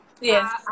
Yes